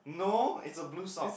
no is a blue song